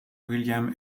william